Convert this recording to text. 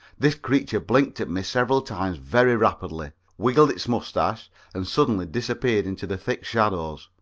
this creature blinked at me several times very rapidly, wiggled its mustache and suddenly disappeared into the thick shadows.